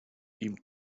ihm